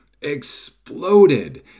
exploded